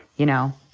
you know,